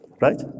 Right